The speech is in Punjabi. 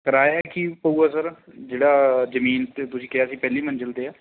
ਕਿਰਾਇਆ ਕੀ ਹੋਊਗਾ ਸਰ ਜਿਹੜਾ ਜਮੀਨ 'ਤੇ ਤੁਸੀਂ ਕਿਹਾ ਸੀ ਪਹਿਲੀ ਮੰਜ਼ਿਲ 'ਤੇ ਆ